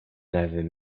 n’avait